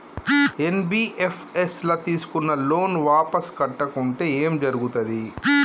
NBFS ల తీస్కున్న loan వాపస్ కట్టకుంటే ఏం జర్గుతది?